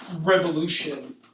revolution